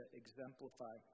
exemplify